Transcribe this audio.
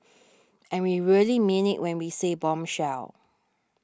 and we really mean it when we said bombshell